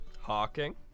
hawking